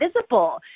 visible